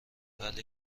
ولی